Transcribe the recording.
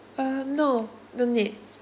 um no don't need